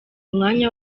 umwanya